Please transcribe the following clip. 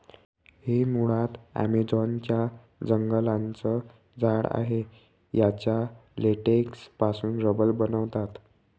हे मुळात ॲमेझॉन च्या जंगलांचं झाड आहे याच्या लेटेक्स पासून रबर बनवतात